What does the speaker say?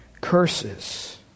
Curses